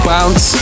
Bounce